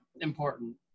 important